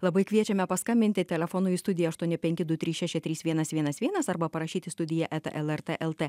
labai kviečiame paskambinti telefonu į studiją aštuoni penki du trys šeši trys vienas vienas vienas arba parašyti į studiją eta lrt lt